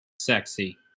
Sexy